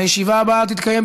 הישיבה הבאה תתקיים,